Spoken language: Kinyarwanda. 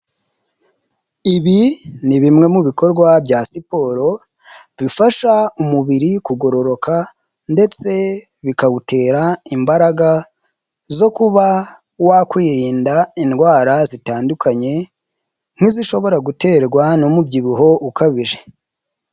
Ibi ni bimwe mu bikorwa bya siporo, bifasha umubiri kugororoka ndetse bikawutera imbaraga zo kuba wakwirinda indwara zitandukanye nk'izishobora guterwa n'umubyibuho ukabije.